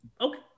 okay